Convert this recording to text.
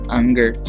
anger